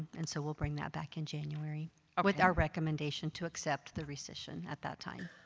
and so we'll bring that back in january with our recommendation to accept the rescission at that time.